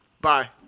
Bye